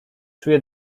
czuję